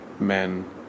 men